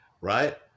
right